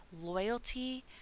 loyalty